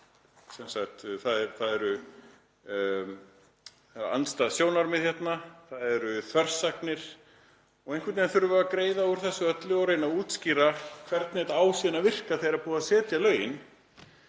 blandast, það eru andstæð sjónarmið hérna, það eru þversagnir og einhvern veginn þurfum við að greiða úr þessu öllu og reyna að útskýra hvernig þetta á síðan að virka þegar búið er að setja lögin.